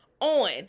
on